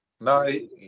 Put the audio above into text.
No